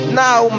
now